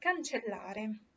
cancellare